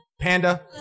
Panda